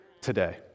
today